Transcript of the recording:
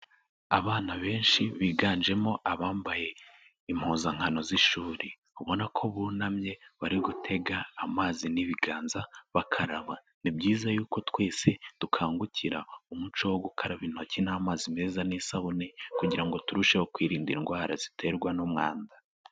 Abana benshi biganjemo abambaye impuzankano z'ishuri, ubona ko bunamye bari gutega amazi n'ibiganza bakaraba, ni byiza yuko twese dukangukira umuco wo gukaraba intoki n'amazi meza n'isabune kugira ngo turusheho kwirinda indwara ziterwa n'umwanda.